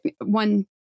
one